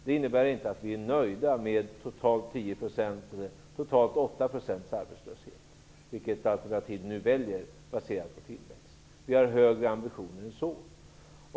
Det innebär inte att vi är nöjda med totalt 10 % eller totalt 8 % arbetslöshet - vilket alternativ vi nu väljer baserat på tillväxten. Vi har högre ambitioner än så.